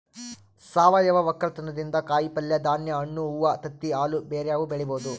ಸಾವಯವ ವಕ್ಕಲತನದಿಂದ ಕಾಯಿಪಲ್ಯೆ, ಧಾನ್ಯ, ಹಣ್ಣು, ಹೂವ್ವ, ತತ್ತಿ, ಹಾಲು ಬ್ಯೆರೆವು ಬೆಳಿಬೊದು